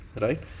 right